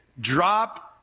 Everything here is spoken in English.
drop